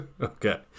Okay